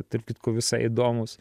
tarp kitko visai įdomus